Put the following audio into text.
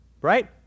Right